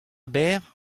berr